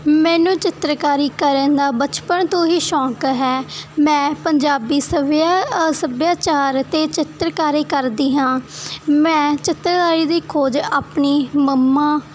ਮੈਨੂੰ ਚਿੱਤਰਕਾਰੀ ਕਰਨ ਦਾ ਬਚਪਨ ਤੋਂ ਹੀ ਸ਼ੌਕ ਹੈ ਮੈਂ ਪੰਜਾਬੀ ਸੱਭਿਆ ਸੱਭਿਆਚਾਰ ਅਤੇ ਚਿੱਤਰਕਾਰੀ ਕਰਦੀ ਹਾਂ ਮੈਂ ਚਿੱਤਰਕਾਰੀ ਦੀ ਖੋਜ ਆਪਣੀ ਮੰਮਾ